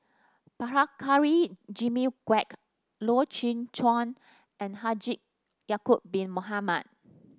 Prabhakara Jimmy Quek Loy Chye Chuan and Haji Yaacob Bin Mohamed